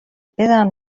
بزن